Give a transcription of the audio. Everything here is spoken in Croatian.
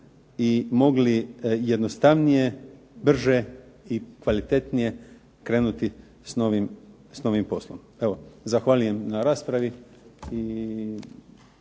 i mogli jednostavnije, brže i kvalitetnije krenuti s novim poslom. Evo zahvaljujem na raspravi